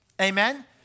Amen